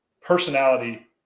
personality